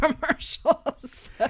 commercials